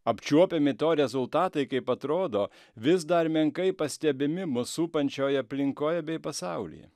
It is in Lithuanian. apčiuopiami to rezultatai kaip atrodo vis dar menkai pastebimi mus supančioj aplinkoje bei pasaulyje